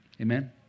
Amen